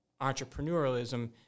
entrepreneurialism